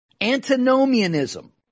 Antinomianism